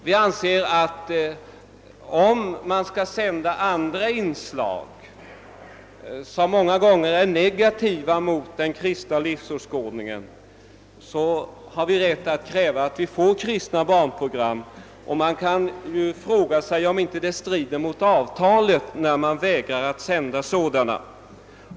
Vi anser att om man skall sända andra inslag, som många gånger är negativa mot den kristna livsåskådningen, har vi rätt att kräva kristna barnprogram. Man kan fråga sig om det inte strider mot avtalet när ledningen vägrar att sända sådana.